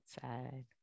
side